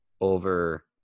over